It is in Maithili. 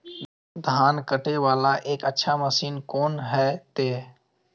धान कटे वाला एक अच्छा मशीन कोन है ते?